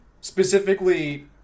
specifically